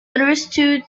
understood